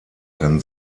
kann